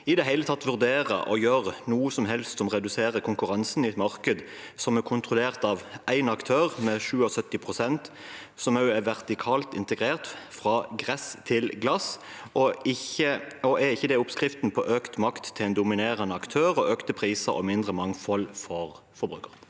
i det hele tatt vurdere å gjøre noe som helst som reduserer konkurransen i et marked som er kontrollert av én aktør med 77 pst., som også er vertikalt integrert fra gress til glass – er ikke det oppskriften på økt makt til en dominerende aktør og økte priser og mindre mangfold for forbruker?»